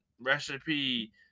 recipe